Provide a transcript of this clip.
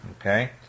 okay